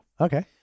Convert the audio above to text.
Okay